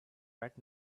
right